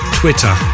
twitter